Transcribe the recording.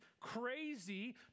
crazy